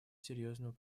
серьезную